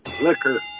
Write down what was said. liquor